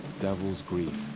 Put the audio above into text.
devil's grief. a